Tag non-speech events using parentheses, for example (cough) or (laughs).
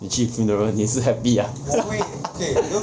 你去 funeral 你也是 happy ah (laughs)